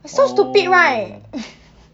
it's so stupid right